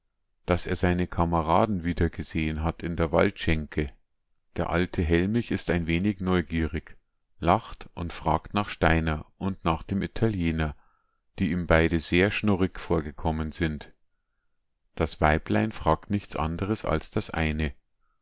daß er seine kameraden wiedergesehen hat in der waldschenke der alte hellmich ist ein wenig neugierig lacht und fragt nach steiner und nach dem italiener die ihm beide sehr schnurrig vorgekommen sind das weiblein fragt nichts anderes als das eine